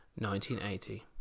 1980